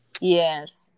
yes